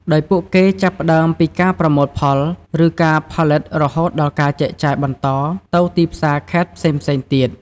ដោយពួកគេចាប់ផ្តើមពីការប្រមូលផល ឬការផលិតរហូតដល់ការចែកចាយបន្តទៅទីផ្សារខេត្តផ្សេងៗទៀត។